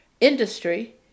industry